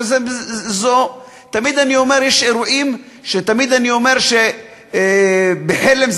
יש אירועים שתמיד אני אומר שבחלם,